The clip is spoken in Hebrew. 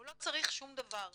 הוא לא צריך שום דבר.